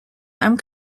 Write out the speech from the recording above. einem